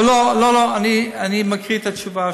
זה לא בחוץ, אבל לא, לא, אני מקריא את התשובה.